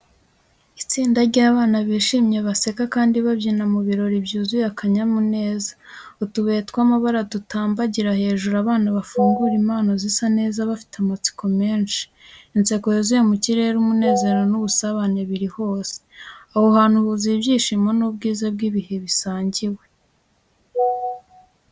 Itsinda ry’abana bishimye baraseka, kandi babyina mu birori byuzuye akanyamuneza. Utubuye tw’amabara dutumbagira hejuru, abana bafungura impano zisa neza bafite amatsiko menshi. Inseko yuzuye mu kirere, umunezero n’ubusabane biri hose. Aho hantu huzuye ibyishimo n’ubwiza bw’ibihe bisangiwe.